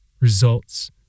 results